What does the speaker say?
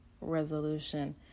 resolution